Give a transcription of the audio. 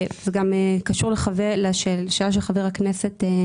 זה קשור למחלה השוטפת.